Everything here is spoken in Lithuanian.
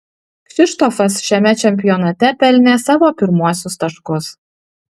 kšištofas šiame čempionate pelnė savo pirmuosius taškus